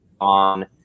on